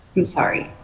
i'm sorry?